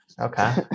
Okay